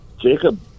Jacob